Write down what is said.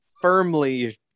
firmly